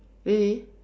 really